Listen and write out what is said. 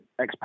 expats